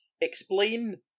explain